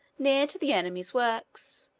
near to the enemy's works,